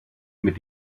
mit